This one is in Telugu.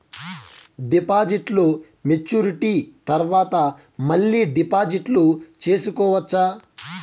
డిపాజిట్లు మెచ్యూరిటీ తర్వాత మళ్ళీ డిపాజిట్లు సేసుకోవచ్చా?